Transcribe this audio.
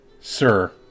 sir